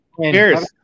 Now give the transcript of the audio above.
cheers